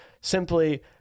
Simply